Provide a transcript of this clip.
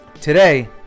today